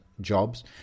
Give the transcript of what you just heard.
jobs